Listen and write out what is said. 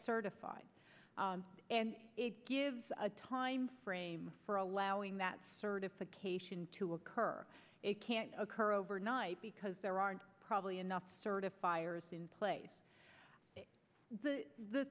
certified and give a timeframe for allowing that certification to occur it can't occur overnight because there aren't probably enough certifiers in place the th